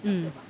mm